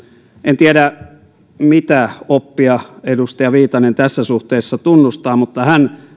en tiedä mitä oppia edustaja viitanen tässä suhteessa tunnustaa mutta hän